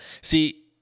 See